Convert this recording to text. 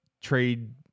trade